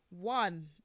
One